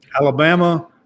Alabama